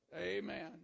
Amen